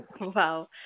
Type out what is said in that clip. Wow